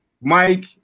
Mike